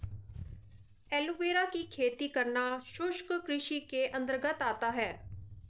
aloe vera की खेती करना शुष्क कृषि के अंतर्गत आता है